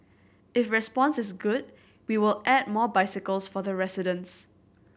if response is good we will add more bicycles for the residents